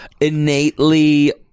Innately